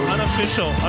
Unofficial